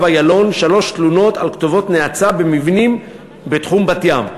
איילון שלוש תלונות על כתובות נאצה במבנים בתחום בת-ים.